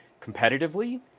competitively